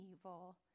evil